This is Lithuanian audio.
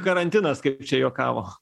karantinas kaip čia juokavo